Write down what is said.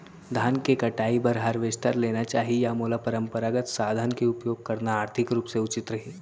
धान के कटाई बर हारवेस्टर लेना चाही या मोला परम्परागत संसाधन के उपयोग करना आर्थिक रूप से उचित रही?